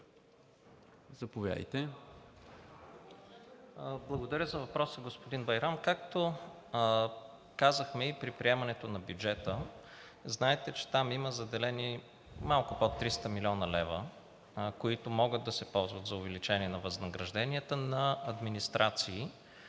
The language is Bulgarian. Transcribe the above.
ВАСИЛЕВ: Благодаря за въпроса, господин Байрам. Както казахме и при приемането на бюджета, знаете, че там има заделени малко под 300 млн. лв., които могат да се ползват за увеличение на възнагражденията на администрации,